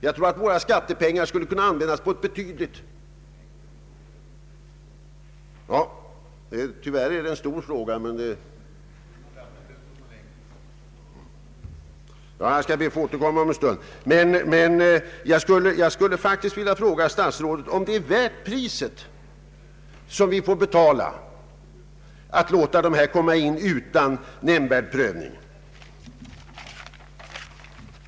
Jag tror att våra skattepengar skulle kunna användas på ett betydligt bättre sätt. Jag skulle faktiskt vilja fråga statsrådet om det är värt de pengar vi får betala att låta dessa desertörer komma in i landet utan nämnvärd prövning.